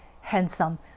handsome